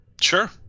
sure